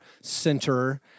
center